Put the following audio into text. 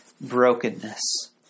brokenness